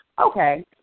Okay